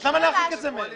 אז למה להרחיק את זה מהם?